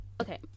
Okay